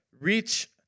reach